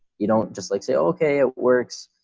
you don't just like say, okay, it works,